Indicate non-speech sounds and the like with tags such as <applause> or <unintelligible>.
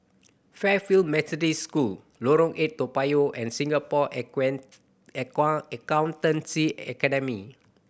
Fairfield Methodist School Lorong Eight Toa Payoh and Singapore <unintelligible> Accountancy Academy